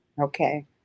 Okay